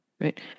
Right